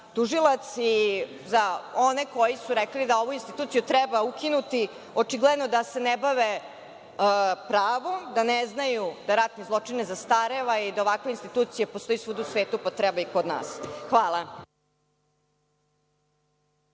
tužilac. Za one koji su rekli da ovu instituciju treba ukinuti, očigledno je da se ne bave pravom, da ne znaju da ratni zločin ne zastareva i da ovakve institucije postoje svuda u svetu, pa treba i kod nas. Hvala.